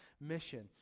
mission